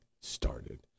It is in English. started